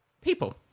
people